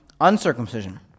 uncircumcision